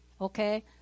okay